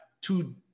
two